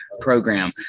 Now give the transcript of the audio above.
program